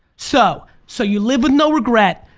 so so you live with no regret,